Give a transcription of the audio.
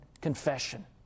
confession